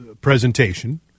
presentation